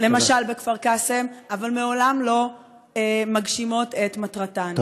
למשל בכפר קאסם, אבל לעולם לא מגשימות את מטרתן?